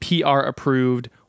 PR-approved